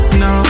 no